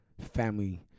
family